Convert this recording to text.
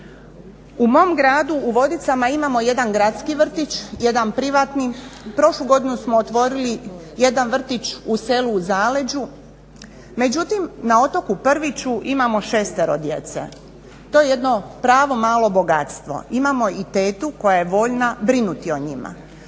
U mom gradu u Vodicama imamo jedan gradski vrtić, jedan privatni. Prošlu godinu smo otvorili jedan vrtić u selu u zaleđu, međutim na otoku Prviću imamo 6 djece. To je jedno pravo malo bogatstvo. Imamo i tetu koja je voljna brinuti o njima.